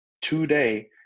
today